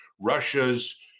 Russia's